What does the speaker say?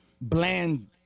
Bland